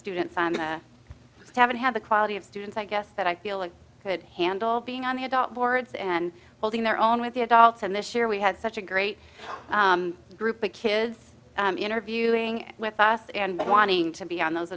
students i haven't had the quality of students i guess that i feel i could handle being on the adult boards and holding their own with the adults and this year we had such a great group of kids interviewing with us and wanting to be on those